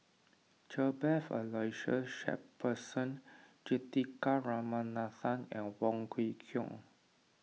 Cuthbert Aloysius Shepherdson Juthika Ramanathan and Wong Kwei Cheong